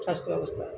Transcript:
স্বাস্থ্য ব্যবস্থার